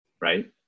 right